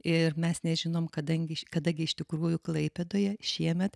ir mes nežinom kadangi kada gi iš tikrųjų klaipėdoje šiemet